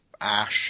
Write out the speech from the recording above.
Ash